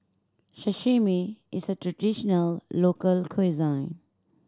sashimi is a traditional local cuisine